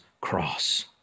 cross